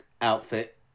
outfit